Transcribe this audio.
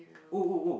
oh oh oh